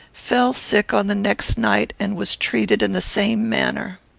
fell sick on the next night, and was treated in the same manner.